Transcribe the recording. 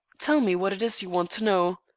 tell me what it is you want to know!